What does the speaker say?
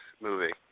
movie